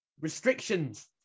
restrictions